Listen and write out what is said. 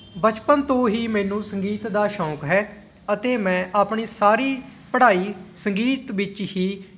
ਬਚਪਨ ਤੋਂ ਹੀ ਮੈਨੂੰ ਸੰਗੀਤ ਦਾ ਸ਼ੌਂਕ ਹੈ ਅਤੇ ਮੈਂ ਆਪਣੀ ਸਾਰੀ ਪੜ੍ਹਾਈ ਸੰਗੀਤ ਵਿੱਚ ਹੀ